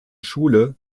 schule